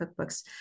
cookbooks